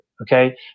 Okay